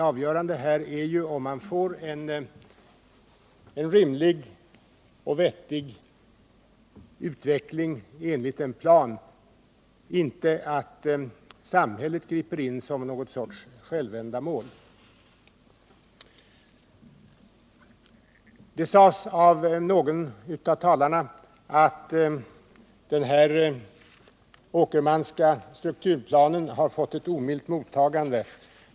Avgörande här är ju att man får en rimlig och vettig utveckling enligt en plan, inte att samhället griper in som något slags självändamål. Någon av talarna sade att den här Åkermanska strukturplanen har fått ett omilt mottagande.